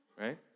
right